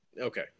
Okay